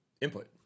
input